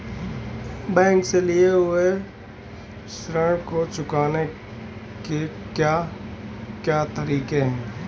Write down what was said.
Bank से लिए हुए ऋण को चुकाने के क्या क्या तरीके हैं?